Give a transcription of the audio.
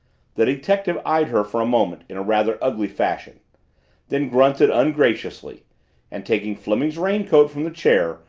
the detective eyed her for a moment in a rather ugly fashion then grunted ungraciously and, taking fleming's raincoat from the chair,